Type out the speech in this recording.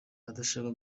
udashaka